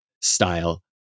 style